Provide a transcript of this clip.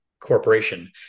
corporation